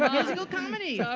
musical comedy.